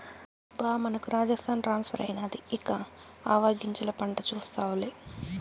బా మనకు రాజస్థాన్ ట్రాన్స్ఫర్ అయినాది ఇక ఆవాగింజల పంట చూస్తావులే